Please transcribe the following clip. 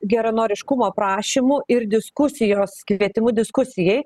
geranoriškumo prašymu ir diskusijos kvietimu diskusijai